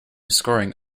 scoring